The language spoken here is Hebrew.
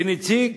כנציג